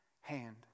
hand